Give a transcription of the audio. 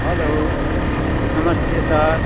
हलो नमस्ते सर